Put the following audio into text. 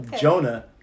Jonah